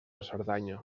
cerdanya